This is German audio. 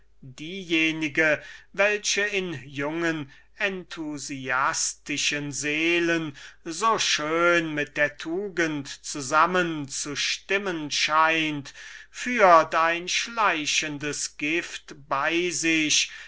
diejenige welche in jungen enthusiastischen seelen so schön mit der tugend zusammen zustimmen scheint führt ein schleichendes gift bei sich